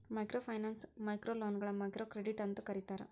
microfinance ಮೈಕ್ರೋಲೋನ್ಗಳ microcredit ಅಂತೂ ಕರೇತಾರ